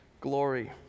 glory